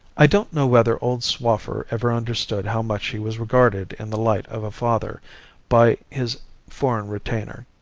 i don't know whether old swaffer ever understood how much he was regarded in the light of a father by his foreign retainer.